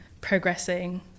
progressing